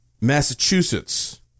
Massachusetts